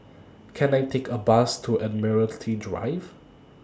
Can I Take A Bus to Admiralty Drive